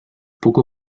poco